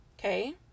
okay